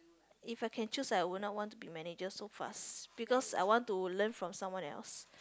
if I can choose I would not want to be manager so fast because I want to learn from someone else